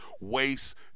waste